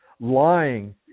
lying